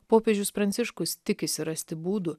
popiežius pranciškus tikisi rasti būdų